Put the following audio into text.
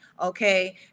okay